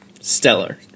stellar